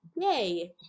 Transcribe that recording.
Yay